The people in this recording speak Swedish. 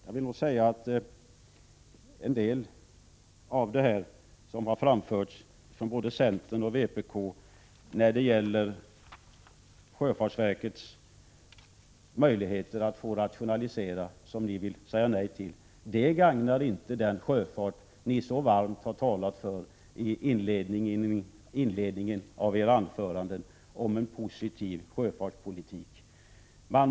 Jag vill nog säga att en del av det som har framförts från både centern och vpk om sjöfartsverkets möjligheter att rationalisera, som de vill säga nej till, inte gagnar den sjöfart som de talat så varmt för i inledningen till anförandena om en positiv sjöfartspolitik.